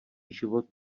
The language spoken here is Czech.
život